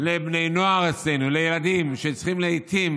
לבני נוער אצלנו, לילדים, שצריכים לעיתים